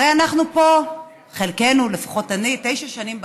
הרי אנחנו פה, חלקנו, לפחות אני, תשע שנים בכנסת.